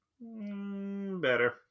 Better